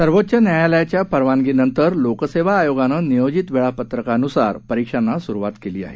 सर्वोच्च न्यायालयाच्या परवानगीनंतर लोकसेवा आयोगानं नियोजित वेळापत्रकानुसार परिक्षांना सुरूवात केली आहे